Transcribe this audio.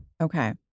Okay